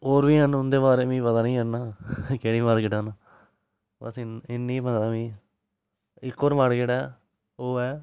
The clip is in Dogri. होर बी हैन उन्दे बारे मी पता नीं ऐ इन्ना केह्ड़ियां मार्केटां न बस इन्नियां पता मी इक होर मार्केट ऐ ओह् ऐ